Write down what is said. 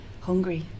hungry